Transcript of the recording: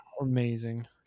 Amazing